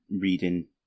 reading